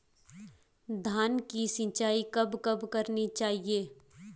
धान की सिंचाईं कब कब करनी चाहिये?